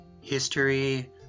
history